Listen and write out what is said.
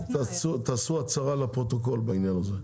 תעשו הצהרה לפרוטוקול בעניין הזה,